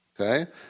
Okay